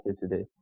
today